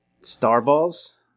Starballs